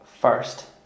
first